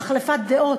החלפת דעות,